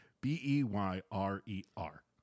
B-E-Y-R-E-R